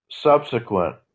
subsequent